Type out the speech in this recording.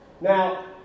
Now